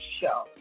show